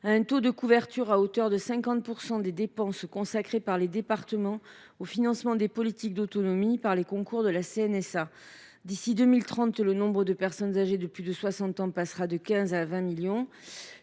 le taux de couverture des dépenses consacrées par les départements au financement des politiques d’autonomie par les concours de la CNSA. D’ici à 2030, le nombre de personnes âgées de plus de 60 ans passera de 15 millions